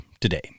today